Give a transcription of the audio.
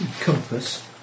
compass